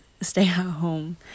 stay-at-home